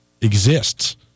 exists